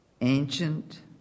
ancient